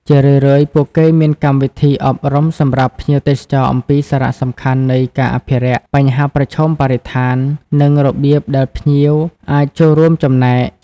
ជារឿយៗពួកគេមានកម្មវិធីអប់រំសម្រាប់ភ្ញៀវទេសចរអំពីសារៈសំខាន់នៃការអភិរក្ស បញ្ហាប្រឈមបរិស្ថាន និងរបៀបដែលភ្ញៀវអាចចូលរួមចំណែក។